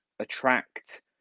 attract